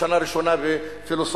שנה ראשונה בפילוסופיה,